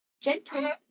Gentle